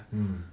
mmhmm